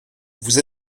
vous